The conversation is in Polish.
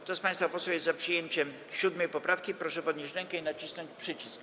Kto z państwa posłów jest za przyjęciem 7. poprawki, proszę podnieść rękę i nacisnąć przycisk.